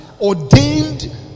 ordained